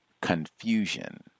confusion